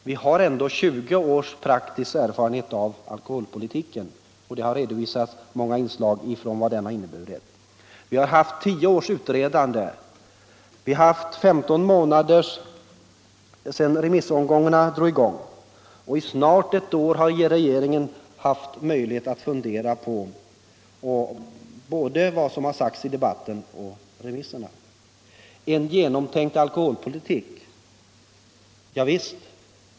Vi har ändå 20 års praktisk erfarenhet av alkoholpolitiken, och många inslag i debatten har redovisat vad den har inneburit. Vi har haft tio års utredande, och det har gått 15 månader sedan remissomgångarna började. I snart ett år har regeringen haft möjlighet att fundera på vad som har sagts både i debatten och i remisserna. ”En genomtänkt alkoholpolitik” — ja visst.